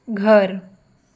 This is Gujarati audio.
ઘર